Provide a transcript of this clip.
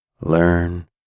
learn